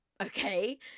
okay